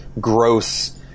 Gross